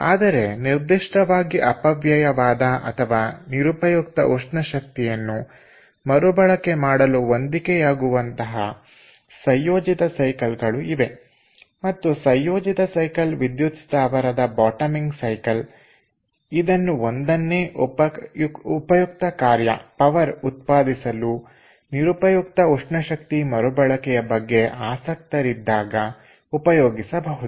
ಆದರೆ ನಿರ್ದಿಷ್ಟವಾಗಿ ಅಪವ್ಯಯವಾದ ನಿರುಪಯುಕ್ತ ಉಷ್ಣ ಶಕ್ತಿಯನ್ನು ಮರುಬಳಕೆ ಮಾಡಲು ಹೊಂದಿಕೆಯಾಗುವಂತಹ ಸಂಯೋಜಿತ ಸೈಕಲ್ಗಳು ಇವೆ ಮತ್ತು ಸಂಯೋಜಿತ ಸೈಕಲ್ ವಿದ್ಯುತ್ ಸ್ಥಾವರದ ಬಾಟಮಿಂಗ್ ಸೈಕಲ್ ಇದನ್ನು ಒಂದನ್ನೇ ಉಪಯುಕ್ತ ಕಾರ್ಯ ಉತ್ಪಾದಿಸಲು ನಿರುಪಯುಕ್ತ ಉಷ್ಣಶಕ್ತಿ ಮರುಬಳಕೆಯ ಬಗ್ಗೆ ಆಸಕ್ತರಾಗಿದ್ದಾಗ ಉಪಯೋಗಿಸಬಹುದು